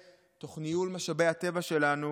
תוך ניהול משאבי הטבע שלנו